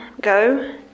go